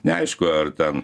neaišku ar ten